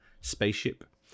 spaceship